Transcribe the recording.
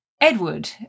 Edward